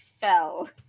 fell